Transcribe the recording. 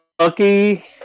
lucky